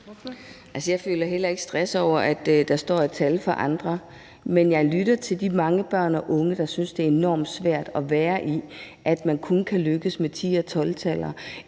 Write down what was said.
jeg føler heller ikke stress over, at der står et tal for andre, men jeg lytter til de mange børn og unge, der synes, at det er enormt svært at være i, at man kun kan lykkes med 10- og 12-taller.